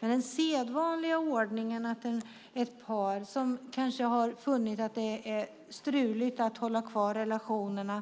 Det finns en sedvanlig ordning där ett par som kanske har funnit att det är struligt att hålla kvar relationen